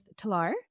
Talar